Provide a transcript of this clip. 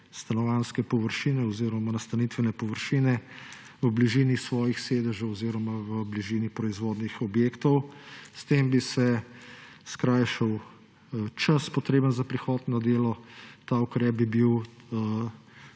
stanovanjske površine oziroma nastanitvene površine v bližini svojih sedežev oziroma v bližini proizvodnih objektov. S tem bi se skrajšal čas, potreben za prihod na delo. Ta ukrep bi bil